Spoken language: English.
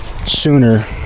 Sooner